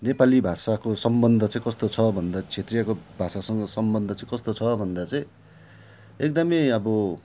नेपाली भाषाको सम्बन्ध चाहिँ कस्तो छ भन्दा क्षेत्रीयको भाषासँग सम्बन्ध चाहिँ कस्तो छ भन्दा चाहिँ एकदमै अब